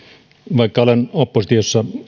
vaikka olen oppositiossa